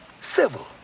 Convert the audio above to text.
civil